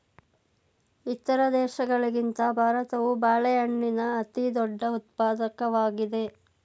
ಇತರ ದೇಶಗಳಿಗಿಂತ ಭಾರತವು ಬಾಳೆಹಣ್ಣಿನ ಅತಿದೊಡ್ಡ ಉತ್ಪಾದಕವಾಗಿದೆ